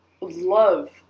love